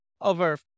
over